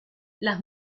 las